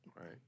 right